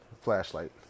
Flashlight